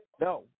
No